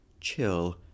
chill